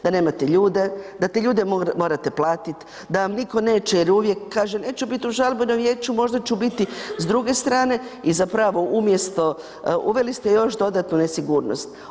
Da nemate ljude, da te ljude morate platiti, da vam nitko neće, jer uvijek, kažem, neću biti u žalbenom vijeću, možda ću biti s druge strane i zapravo, umjesto, uveli ste još dodatnu nesigurnost.